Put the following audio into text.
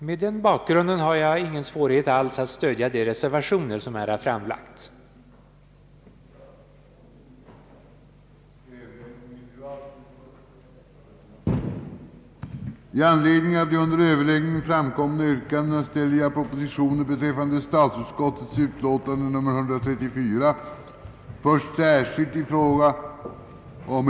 Mot denna bakgrund har jag ingen svårighet att stödja de reservationer som har framlagts i detta ärende.